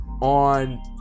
on